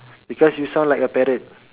because you sound like a parrot